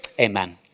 Amen